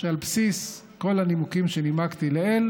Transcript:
שעל בסיס כל הנימוקים שנימקתי לעיל